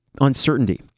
uncertainty